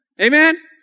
Amen